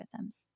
algorithms